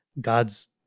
God's